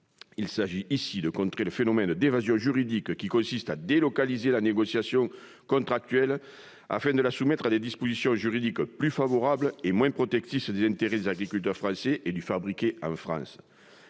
Il s'agit ici de contrer le phénomène d'évasion juridique consistant à délocaliser la négociation contractuelle, afin de la soumettre à des dispositions juridiques plus favorables et moins protectrices des intérêts des agriculteurs français et du fabriqué en France.